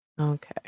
okay